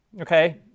okay